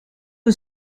een